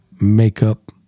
makeup